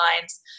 lines